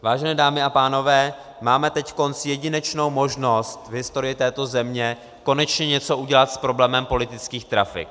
Vážené dámy a pánové, máme teď jedinečnou možnost v historii této země konečně něco udělat s problémem politických trafik.